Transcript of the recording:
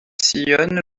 sillonne